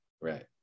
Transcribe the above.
right